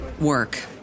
work